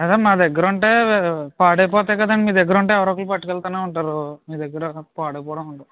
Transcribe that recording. లేదా మా దగ్గర ఉంటే పాడైపోతాయి కదండి మీ దగ్గరుంటే ఎవరో ఒకళ్ళు పట్టుకెళ్తూనే ఉంటారు మీ దగ్గర పాడైపోవడం ఉండవు